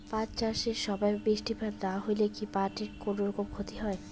পাট চাষ এর সময় বৃষ্টিপাত না হইলে কি পাট এর কুনোরকম ক্ষতি হয়?